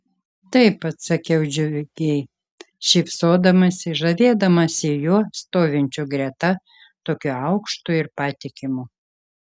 taip atsakiau džiugiai šypsodamasi žavėdamasi juo stovinčiu greta tokiu aukštu ir patikimu